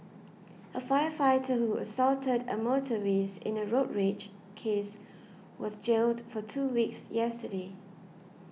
a firefighter who assaulted a motorist in a road rage case was jailed for two weeks yesterday